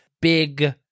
big